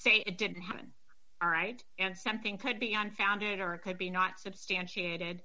say it didn't happen right and something could be on founding or it could be not substantiated